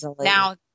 Now